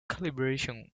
calibration